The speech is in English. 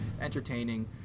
entertaining